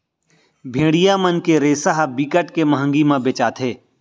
भेड़िया मन के रेसा ह बिकट के मंहगी म बेचाथे